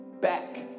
back